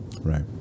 Right